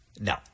No